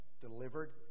delivered